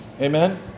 amen